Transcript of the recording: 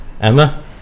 Emma